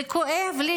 זה כואב לי.